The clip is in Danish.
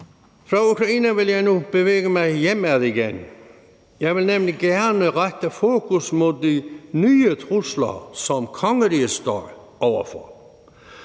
Fra Ukraine vil jeg nu bevæge mig hjemad igen. Jeg vil nemlig gerne rette fokus mod de nye trusler, som kongeriget står over for,